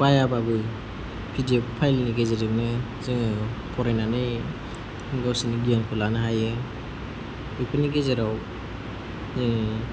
बायाबाबो P D F फाइलनि गेजेरजोंनो जोङो फरायनानै गावसिनि गियानखौ लानो हायो बेफोरबायदि जेराव जोङो